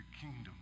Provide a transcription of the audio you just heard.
kingdom